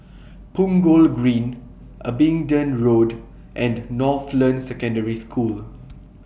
Punggol Green Abingdon Road and Northland Secondary School